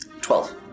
twelve